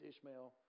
Ishmael